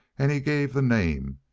and he gave the name.